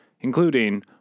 including